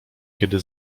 kiedy